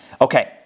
Okay